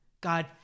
god